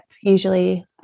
usually